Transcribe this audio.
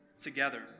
together